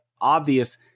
obvious